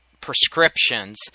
prescriptions